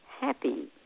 happy